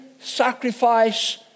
sacrifice